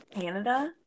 Canada